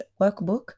workbook